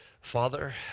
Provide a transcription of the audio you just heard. Father